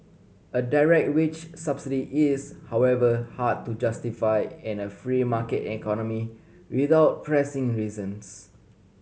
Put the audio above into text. a direct wage subsidy is however hard to justify in a free market economy without pressing reasons